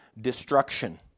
destruction